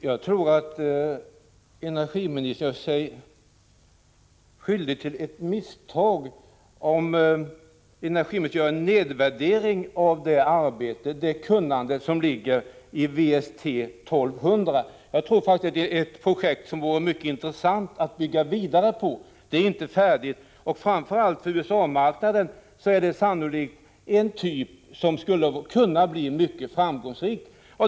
Herr talman! Energiministern gör sig skyldig till ett misstag om hon nedvärderar det arbete och det kunnande som ligger i WST 1200. Det är ett projekt som inte är färdigt men som det vore mycket intressant att bygga vidare på. Framför allt för USA-marknaden skulle detta sannolikt kunna bli mycket framgångsrikt.